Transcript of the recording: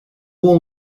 all